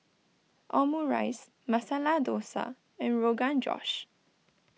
Omurice Masala Dosa and Rogan Josh